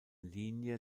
linie